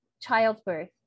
childbirth